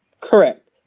Correct